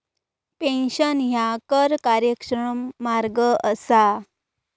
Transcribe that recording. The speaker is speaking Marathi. पेन्शन ह्या कर कार्यक्षम मार्ग असा